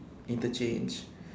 interchange